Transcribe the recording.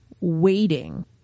waiting